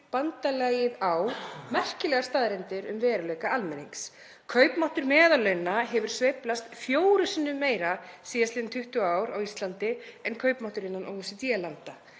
bandalagið á merkilegar staðreyndir um veruleika almennings. Kaupmáttur meðallauna hefur sveiflast fjórum sinnum meira síðastliðin 20 ár á Íslandi en kaupmáttur innan OECD-landa.